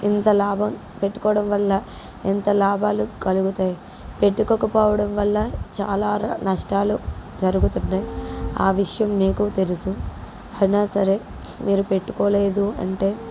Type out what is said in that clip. ఇంత లాభం పెట్టుకోవడం వల్ల ఎంత లాభాలు కలుగుతాయి పెట్టుకోకపోవడం వల్ల చాలా నష్టాలు జరుగుతున్నాయి ఆ విషయం నీకూ తెలుసు అయినా సరే మీరు పెట్టుకోలేదు అంటే